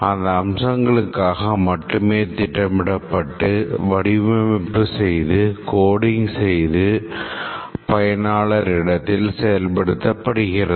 அந்த அம்சங்களுக்காக மட்டுமே திட்டமிடப்பட்டு வடிவமைப்பு செய்து coding செய்து பயனாளர் இடத்தில் செயல்படுத்தபடுகிறது